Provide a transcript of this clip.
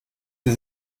sie